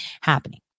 happening